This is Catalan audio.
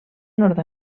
nord